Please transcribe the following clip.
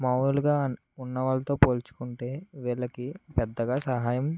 మామూలుగా ఉన్నవాళ్ళతో పోల్చుకుంటే వీళ్ళకి పెద్దగా సహాయం